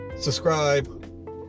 subscribe